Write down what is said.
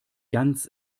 ganz